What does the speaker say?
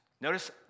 Notice